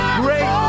great